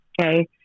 Okay